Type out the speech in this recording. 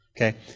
Okay